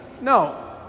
no